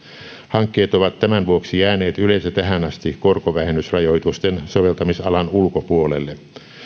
hankkeet ovat tämän vuoksi jääneet yleensä tähän asti korkovähennysrajoitusten soveltamisalan ulkopuolelle